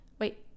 wait